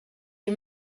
les